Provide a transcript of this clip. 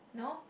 no